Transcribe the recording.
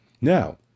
Now